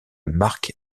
marc